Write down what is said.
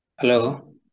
Hello